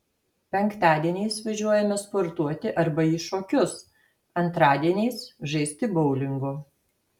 penktadieniais važiuojame sportuoti arba į šokius antradieniais žaisti boulingo